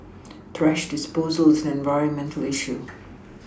thrash disposal is an environmental issue